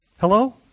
Hello